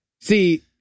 See